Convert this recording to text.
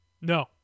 No